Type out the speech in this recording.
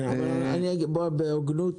בוא, בהוגנות,